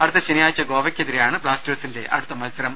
അടുത്ത ശനിയാഴ്ച ഗോവയ്ക്കെതിരെയാണ് ബ്ലാസ്റ്റേഴ്സിന്റെ അടുത്ത മത്സരം